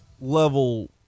level